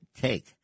take